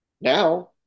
now